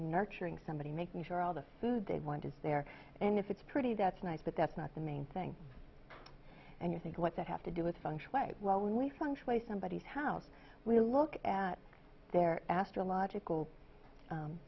nurturing somebody making sure all the food they want is there and if it's pretty that's nice but that's not the main thing and you think what that have to do with function way well when we function way somebody is how we look at their astrological